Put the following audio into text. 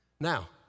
now